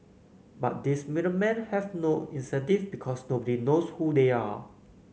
but these middle men have no incentive because nobody knows who they are